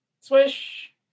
Swish